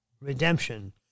redemption